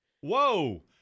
Whoa